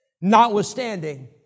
Notwithstanding